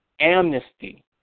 amnesty